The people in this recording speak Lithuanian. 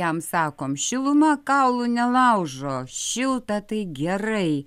jam sakom šiluma kaulų nelaužo šilta tai gerai